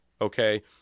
okay